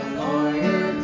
lawyer